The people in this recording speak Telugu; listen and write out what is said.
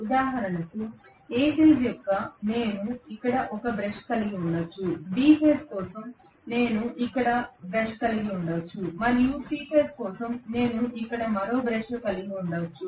ఉదాహరణకు ఒక A ఫేజ్ కోసం నేను ఇక్కడ బ్రష్ కలిగి ఉండవచ్చు B ఫేజ్ కోసం నేను ఇక్కడ బ్రష్ కలిగి ఉండవచ్చు మరియు C ఫేజ్ కోసం నేను ఇక్కడ మరో బ్రష్ కలిగి ఉండవచ్చు